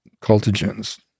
cultigens